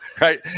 Right